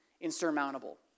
insurmountable